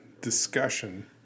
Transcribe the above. discussion